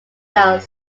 are